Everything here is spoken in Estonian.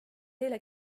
eile